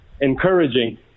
encouraging